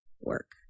Work